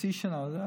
חצי שנה וזה,